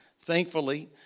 Thankfully